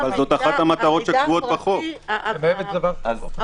זאת אחת המטרות שקבועות בחוק שנחקק